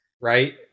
Right